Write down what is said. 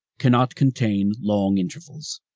can not contain long intervals.